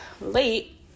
late